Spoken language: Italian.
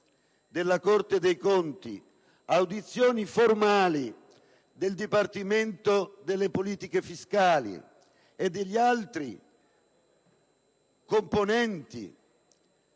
della Corte dei conti, audizioni formali del Dipartimento delle politiche fiscali, e di altri settori